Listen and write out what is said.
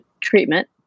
treatment